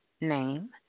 name